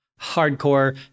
hardcore